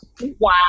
Wow